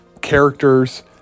characters